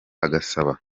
agasaba